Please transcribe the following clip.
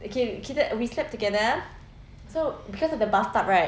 okay kita we slept together so cause of the bathtub right